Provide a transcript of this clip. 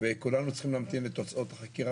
וכולנו צריכים להמתין לתוצאות החקירה.